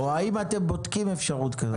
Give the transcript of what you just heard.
האם אתם בודקים אפשרות כזאת?